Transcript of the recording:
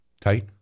Tight